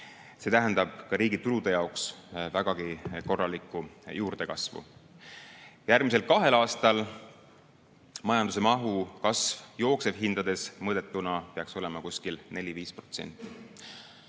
See tähendab riigi tulude jaoks vägagi korralikku juurdekasvu. Järgmisel kahel aastal majanduse mahu kasv jooksevhindades mõõdetuna peaks olema 4–5%.